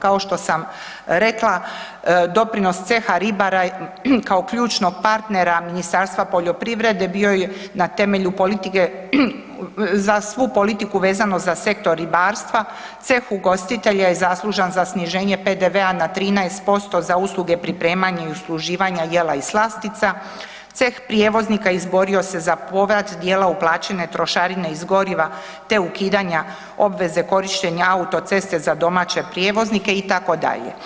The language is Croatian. Kao što sam rekla, doprinos ceha ribara kao ključnog partnera Ministarstva poljoprivrede bio je na temelju politike za svu politiku vezano za sektor ribarstva, ceh ugostitelja je zaslužan za sniženje PDV-a na 13% za usluge pripremanja i usluživanja jela i slastica, ceh prijevoznika izborio se za povrat dijela uplaćene trošarine iz goriva te ukidanja obveze korištenja autoceste za domaće prijevoznike itd.